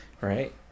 Right